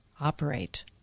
Operate